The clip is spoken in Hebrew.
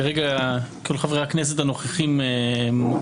כרגע כל חברי הכנסת הנוכחים כאן,